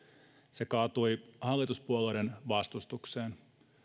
se kaatui hallituspuolueiden vastustukseen